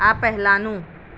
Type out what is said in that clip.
આ પહેલાંનું